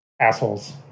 Assholes